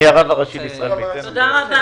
תודה רבה.